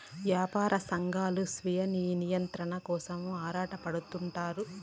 యాపార సంఘాలు స్వీయ నియంత్రణ కోసం ఆరాటపడుతుంటారు